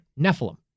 Nephilim